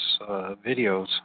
videos